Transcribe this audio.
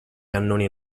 cannoni